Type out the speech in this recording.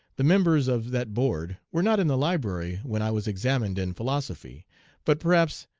the members of that board were not in the library when i was examined in philosophy but perhaps,